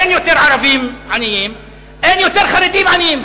אין יותר ערבים עניים, אין יותר חרדים עניים.